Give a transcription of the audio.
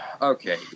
Okay